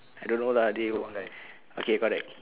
I don't know lah they'll okay correct